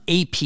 AP